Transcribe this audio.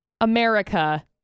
America